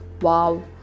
Wow